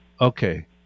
Okay